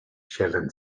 sheldon